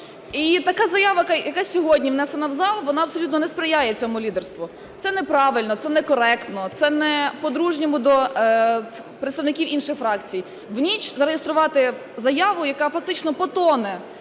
І така заява, яка сьогодні внесена в зал, вона абсолютно не сприяє цьому лідерству. Це неправильно, це некоректно, це не по-дружньому до представників інших фракцій – в ніч зареєструвати заяву, яка фактично потоне